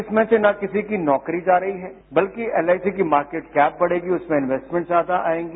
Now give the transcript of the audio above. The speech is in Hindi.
इसमें से न किसी की नौकरी जा रही है बल्कि एलआईसी की मार्किट कैप बढ़ेगी उसमें इनवेसमेंट ज्यादा आएगी